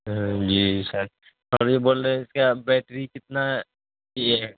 ہاں جی شاید اب یہ بول رہے ہیں کہ آپ بیٹری کتنا یہ ہے